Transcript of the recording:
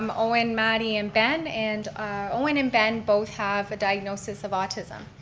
um owen, mattie, and ben, and owen and ben both have a diagnosis of autism.